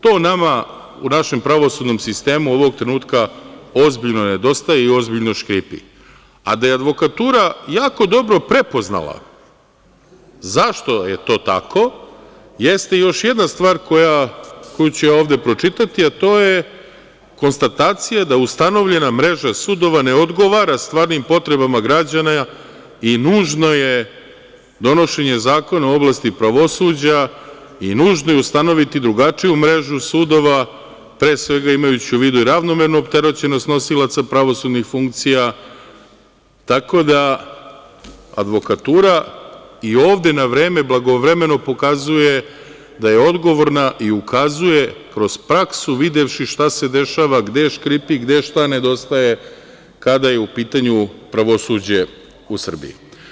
To nama u našem pravosudnom sistemu ovog trenutka ozbiljno nedostaje i ozbiljno škripi, a da je advokatura jako dobro prepoznala zašto je to tako jeste još jedna stvar koju ću ja ovde pročitati, a to je konstatacija da ustanovljena mreža sudova ne odgovara stvarnim potrebama građana i nužno je donošenje zakona u oblasti pravosuđa i nužno je ustanoviti drugačiju mrežu sudova, pre svega imajući u vidu i ravnomernu opterećenost nosioca pravosudnih funkcija, tako da i advokatura ovde na vreme, blagovremeno pokazuje da je odgovorna i ukazuje, kroz praksu, videvši šta se dešava, gde škripi, gde šta nedostaje, kada je u pitanju pravosuđe u Srbiji.